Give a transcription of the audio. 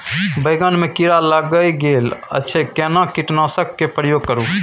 बैंगन में कीरा लाईग गेल अछि केना कीटनासक के प्रयोग करू?